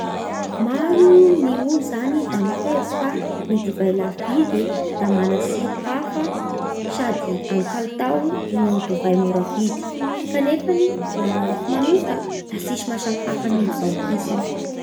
Maro ny olo zany da mihevitsy fa ny divay lafo vidy e da mana tsiro hafa sady amin'ny kalitao noho ny divay mora vidy. Kanefany laha agnamiko manoka da tsisy mahasamihafa an'io izao mihitsiny.